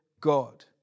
God